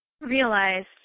Realized